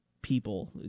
people